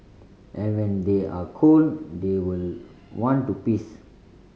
and when they are cold they will want to piss